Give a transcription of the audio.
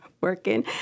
working